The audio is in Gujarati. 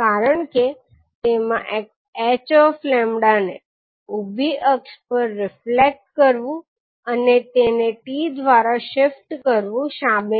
કારણ કે તેમાં ℎ 𝜆 ને ઊભી અક્ષ પર રિફ્લેક્ટ કરવું અને તેને t દ્વારા શિફ્ટ કરવું શામેલ છે